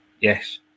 yes